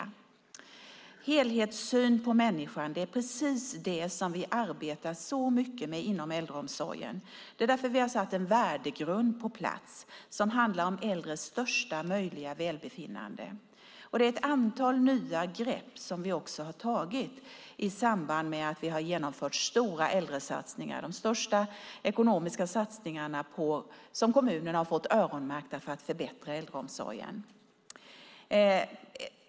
En helhetssyn på människan är precis det som vi arbetar så mycket med inom äldreomsorgen. Det är därför vi har satt en värdegrund på plats. Den handlar om äldres största möjliga välbefinnande. Vi har också tagit ett antal nya grepp i samband med att vi har genomfört stora äldresatsningar. Det är de största, öronmärkta, ekonomiska satsningarna som kommunerna har fått för att förbättra äldreomsorgen.